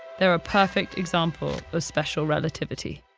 they're a perfect example of special relativity.